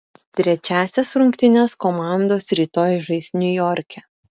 trečiąsias rungtynes komandos rytoj žais niujorke